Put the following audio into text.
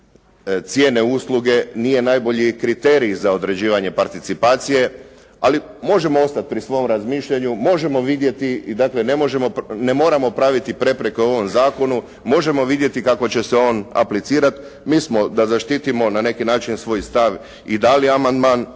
cijene usluge nije najbolji kriterij za određivanje participacije ali možemo ostati pri svom razmišljanju, možemo vidjeti i dakle ne moramo praviti prepreke ovom zakonu, možemo vidjeti kako će se on aplicirati. Mi smo da zaštitimo na neki način svoj stav i dali amandman.